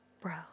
bro